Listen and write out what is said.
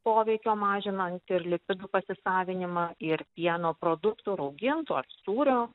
poveikio mažinant ir lipidų pasisavinimą ir pieno produktų raugintų ar sūrio